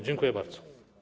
Dziękuję bardzo.